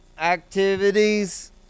activities